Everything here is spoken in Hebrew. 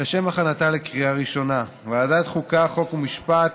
לשם הכנתה לקריאה ראשונה; ועדת החוקה, חוק ומשפט